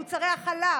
מוצרי החלב,